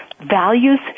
Values